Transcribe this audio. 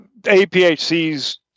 APHC's